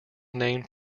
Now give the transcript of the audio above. named